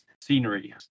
scenery